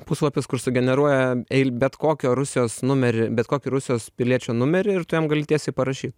puslapis kur sugeneruoja bet kokio rusijos numerį bet kokį rusijos piliečio numerį ir tu jam gali tiesiai parašyt